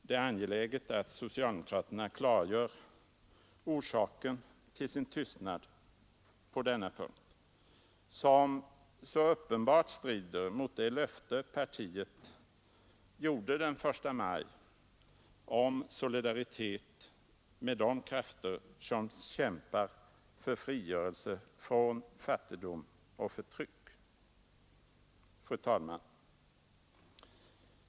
Det är angeläget att socialdemokraterna klargör orsaken till sin tystnad på denna punkt, som så uppenbart strider mot det löfte partiet gjorde den 1 maj om solidaritet ”med de krafter Fru talman!